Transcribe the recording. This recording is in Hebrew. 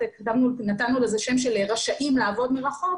נתנו לזה שם של 'רשאים לעבוד מרחוק',